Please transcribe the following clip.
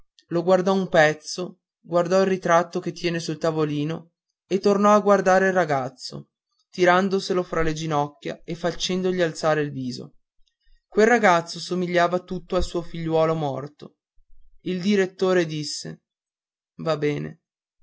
lo guardò un pezzo guardò il ritratto che tien sul tavolino e tornò a guardare il ragazzo tirandoselo fra le ginocchia e facendogli alzare il viso quel ragazzo somigliava tutto al suo figliuolo morto il direttore disse va bene